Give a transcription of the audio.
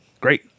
Great